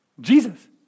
Jesus